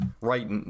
right